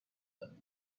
than